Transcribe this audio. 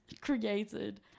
created